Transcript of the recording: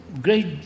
great